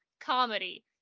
Comedy